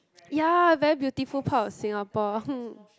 ya very beautiful part of Singapore